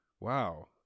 Wow